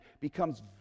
becomes